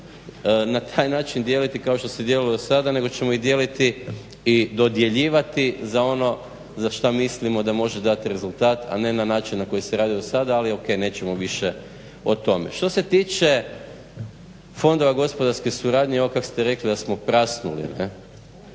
na taj način dijeliti kao što se dijelilo do sada nego ćemo ih dijeliti i dodjeljivati za ono za šta mislimo da može dati rezultat, a ne na način na koji se radilo do sada, ali ok nećemo više o tome. Što se tiče fondova gospodarske suradnje, ovo kak ste rekli da smo prasnuli,